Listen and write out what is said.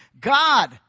God